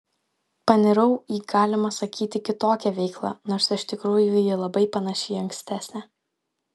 panirau į galima sakyti kitokią veiklą nors iš tikrųjų ji labai panaši į ankstesnę